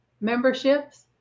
memberships